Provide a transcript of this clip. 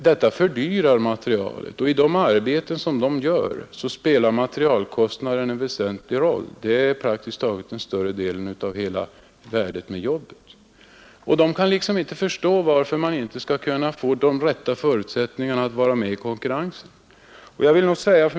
Det fördyrar materialet, och för de arbeten de utför spelar materialkostnaden en väsentlig roll — den är praktiskt taget den största kostnaden. De kan inte förstå varför de inte kan få de rätta förutsättningarna för att vara med i konkurrensen.